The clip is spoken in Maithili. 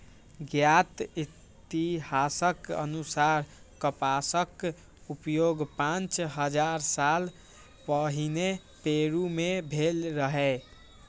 ज्ञात इतिहासक अनुसार कपासक उपयोग पांच हजार साल पहिने पेरु मे भेल रहै